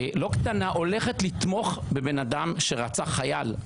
לא קטנה הולכת לתמוך בבן אדם שרצח חייל,